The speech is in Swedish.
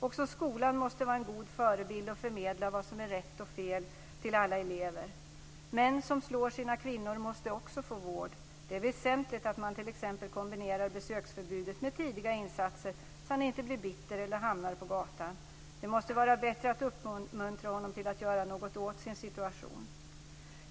Också skolan måste vara en god förebild och förmedla vad som är rätt och fel till alla elever. Män som slår sina kvinnor måste också få vård. Det är väsentligt att man t.ex. kombinerar besöksförbudet med tidiga insatser så att mannen inte blir bitter eller hamnar på gatan. Det måste vara bättre att uppmuntra honom till att göra något åt sin situation.